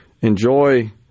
enjoy